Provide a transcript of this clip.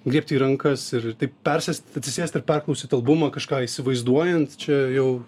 griebti į rankas ir taip persėst atsisėst ir paklausyt albumą kažką įsivaizduojant čia jau